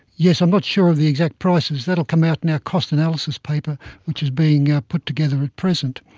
yes, i'm not sure of the exact prices, that will come out in our cost analysis paper which is being ah put together at present.